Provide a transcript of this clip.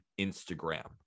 Instagram